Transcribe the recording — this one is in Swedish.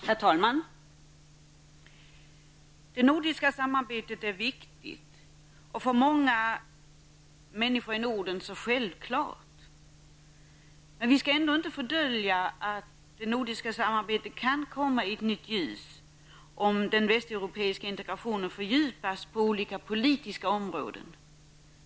Herr talman! Det nordiska samarbetet är viktigt och för många människor i Norden självklart. Vi skall ändå inte fördölja att det nordiska samarbetet kan komma i ett nytt ljus om den västeuropeiska integrationen fördjupas på olika politiska områden.